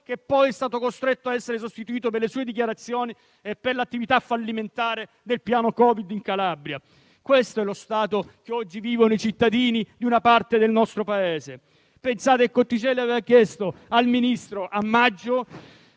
che poi siete stati costretti a sostituire per le sue dichiarazioni e per l'attività fallimentare del piano Covid in Calabria. Questa è la situazione nella quale oggi vivono i cittadini di una parte del nostro Paese. Pensate che Cotticelli aveva chiesto, a maggio,